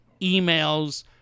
emails